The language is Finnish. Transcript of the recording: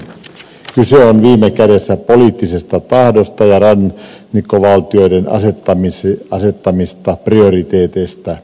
kyse on viime kädessä poliittisesta tahdosta ja rannikkovaltioiden asettamista prioriteeteista